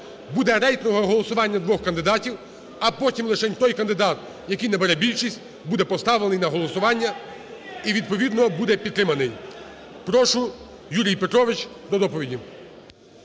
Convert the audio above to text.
буде рейтингове голосування двох кандидатів, а потім лишень той кандидат, який набере більшість, буде поставлений на голосування і відповідно буде підтриманий. Прошу, Юрій Петрович, до доповіді.